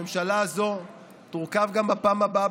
הממשלה הזאת תורכב גם בפעם הבאה,